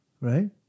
right